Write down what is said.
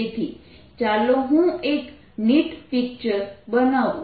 તેથી ચાલો હું એક નીટ પિક્ચર બનાવું